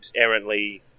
errantly